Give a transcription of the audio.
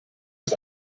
das